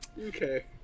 Okay